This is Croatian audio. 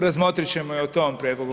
Razmotrit ćemo i o tom prijedlogu.